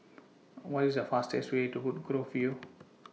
What IS The fastest Way to Woodgrove View